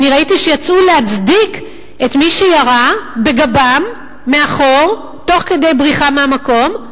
ראיתי שיצאו להצדיק את מי שירה בגבם מאחור תוך כדי בריחה מהמקום.